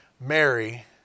Mary